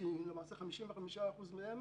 כי למעשה 55% מהם